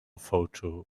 photo